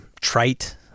trite